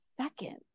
second